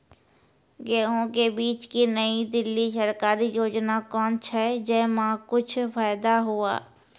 गेहूँ के बीज की नई दिल्ली सरकारी योजना कोन छ जय मां कुछ फायदा हुआ?